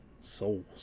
Souls